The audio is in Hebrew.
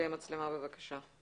לפני הקורונה העסקנו יועץ מחוץ לארץ.